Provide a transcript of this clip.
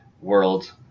world